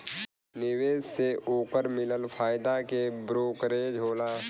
निवेश से ओकर मिलल फायदा के ब्रोकरेज होला